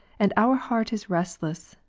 and our heart is restless,